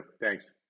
thanks